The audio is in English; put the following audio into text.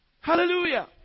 hallelujah